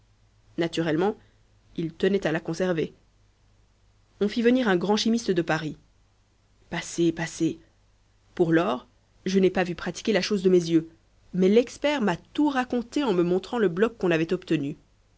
naturellement il tenait à la conserver où fit venir un grand chimiste de paris passez passez pour lors je n'ai pas vu pratiquer la chose de mes yeux mais l'expert m'a tout raconté en me montrant le bloc qu'on avait obtenu